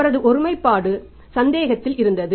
அவரது ஒருமைப்பாடு சந்தேகத்தில் இருந்தது